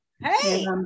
Hey